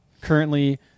currently